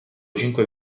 cinque